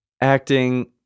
acting